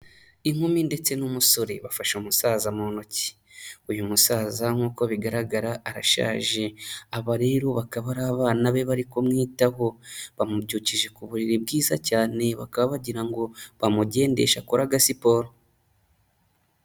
Inkumi ndetse n'umusore bafasha umusaza mu ntoki, uyu musaza nk'uko bigaragara arashaje, aba rero bakaba ari abana be bari kumwitaho bamubyukije ku buriri bwiza cyane bakaba bagira ngo bamugendeshe akore agasiporo.